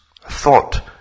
Thought